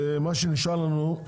ומה שנשאר לנו,